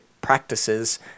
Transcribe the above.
practices